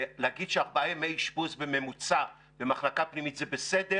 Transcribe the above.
ולהגיד שארבעה ימי אשפוז בממוצע במחלקה פנימית זה בסדר,